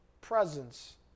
presence